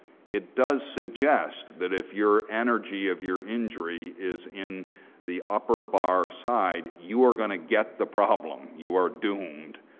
it does suggest that if your energy of your injury is in the upper bar aside, you are going to get the problem. you are doomed.